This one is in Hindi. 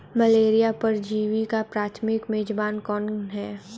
मलेरिया परजीवी का प्राथमिक मेजबान कौन है?